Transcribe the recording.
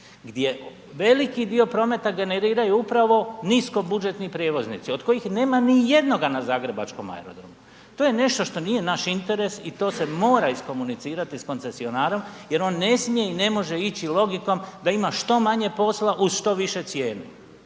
gdje veliki dio prometa generiraju upravo niskobudžetni prijevoznici od kojih nema nijednoga na zagrebačkom aerodromu, to je nešto što nije naš interes i to se mora iskomunicirati sa koncesionarom jer on ne smije i ne može ići logikom da ima što manje posla u što višoj cijeni